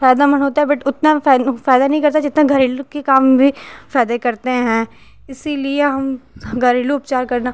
फायदामंद होता है बट उतना फाय फायदा नहीं करता जितना घरेलू कि काम भी फायदे करते हैं इसलिए हम घरेलू उपचार करना